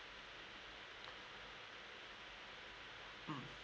mm